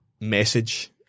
message